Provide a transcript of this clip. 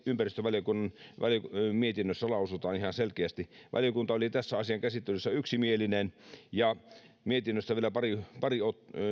ympäristövaliokunnan mietinnössä tämä lausutaan ihan selkeästi valiokunta oli tässä asian käsittelyssä yksimielinen mietinnöstä vielä pari pari